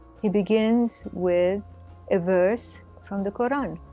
he begins with a verse from the koran.